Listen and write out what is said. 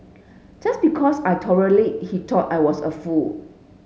just because I tolerated he thought I was a fool